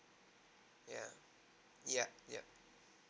ya yup yup